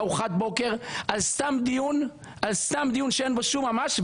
לארוחת בוקר על סתם דיון שאין בו שום ממש,